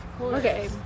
Okay